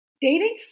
dating